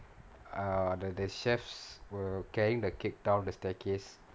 uh the chefs were carrying the cake down the staircase